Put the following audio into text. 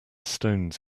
stones